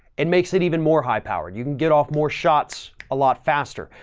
it makes it even more high powered. you can get off more shots a lot faster.